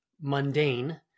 mundane